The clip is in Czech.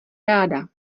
ráda